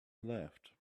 left